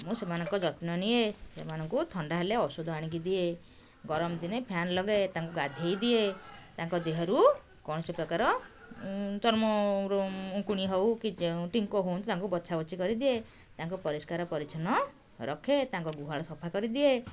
ମୁଁ ସେମାନଙ୍କ ଯତ୍ନ ନିଏ ସେମାନଙ୍କୁ ଥଣ୍ଡା ହେଲେ ଔଷଧ ଆଣିକି ଦିଏ ଗରମ ଦିନେ ଫ୍ୟାନ୍ ଲଗାଏ ତାଙ୍କୁ ଗାଧୋଇ ଦିଏ ତାଙ୍କ ଦେହରୁ କୌଣସିପ୍ରକାର ଚର୍ମର ଉକୁଣି ହେଉ କି ଯେଉଁ ଟିଙ୍କ ହୁଅନ୍ତୁ ତାଙ୍କୁ ବଛାବଛି କରିଦିଏ ତାଙ୍କୁ ପରିଷ୍କାର ପରିଚ୍ଛନ୍ନ ରଖେ ତାଙ୍କ ଗୁହାଳ ସଫା କରିଦିଏ